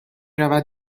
رود